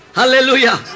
Hallelujah